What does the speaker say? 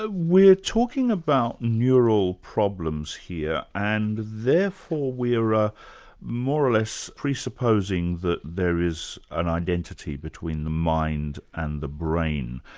ah we're talking about neural problems here, and therefore we're ah more or less presupposing that there is an identity between the mind and the brain.